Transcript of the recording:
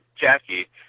Jackie